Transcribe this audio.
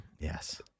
Yes